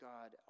God